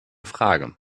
frage